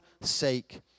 sake